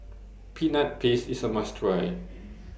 Peanut Paste IS A must Try